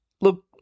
Look